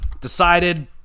Decided